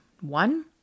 One